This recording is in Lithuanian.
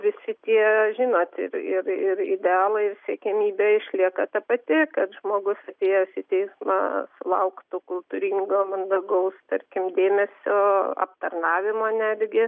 visi tie žinot ir ir ir idealai siekiamybė išlieka ta pati kad žmogus atėjęs į teismą sulauktų kultūringo mandagaus tarkim dėmesio aptarnavimo netgi